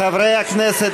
חברי הכנסת,